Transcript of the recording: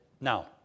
Now